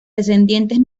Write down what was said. descendientes